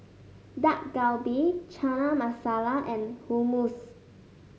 Dak Galbi Chana Masala and Hummus